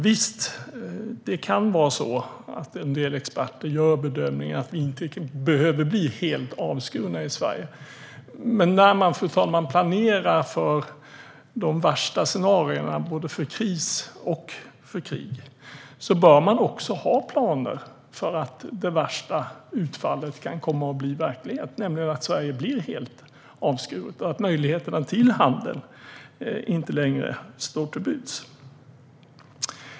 Visst, det kan vara en del experter som gör bedömningen att vi i Sverige inte behöver bli helt avskurna. Men när man planerar för de värsta scenarierna, kris och krig, bör man också ha planer för att det värsta utfallet kan bli verklighet, alltså att Sverige blir helt avskuret och att möjligheterna till handel inte längre står till buds.